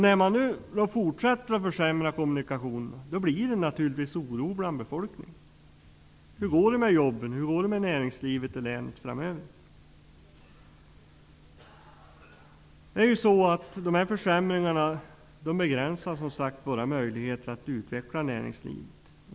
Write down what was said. När man nu fortsätter att försämra kommunikationerna blir det naturligtvis oro bland befolkningen. Hur går det med jobben? Hur går det med näringslivet i länet framöver? Dessa försämringar begränsar, som sagt, våra möjligheter att utveckla näringslivet.